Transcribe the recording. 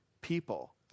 people